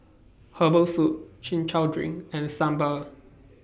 Herbal Soup Chin Chow Drink and Sambal